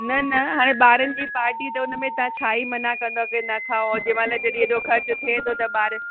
न न हाणे ॿारनि जी पार्टी त हुन में तव्हां छा ई मना कंदव कि न खाओ और जंहिं महिल जॾहिं हेॾो ख़र्चु थिए थो त ॿारनि